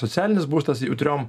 socialinis būstas jautriom